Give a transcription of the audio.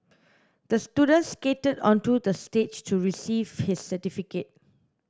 the student skated onto the stage to receive his certificate